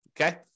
Okay